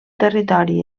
territori